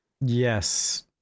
yes